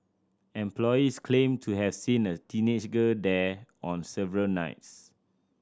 employees claimed to have seen a teenage girl there on several nights